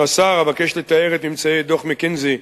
אומר השר: אבקש לתאר את ממצאי דוח "מקינזי"